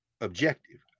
objective